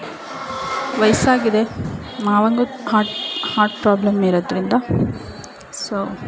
ವಯಸ್ಸಾಗಿದೆ ಮಾವಂಗೂ heart heart problem ಇರೋದ್ರಿಂದ ಸೊ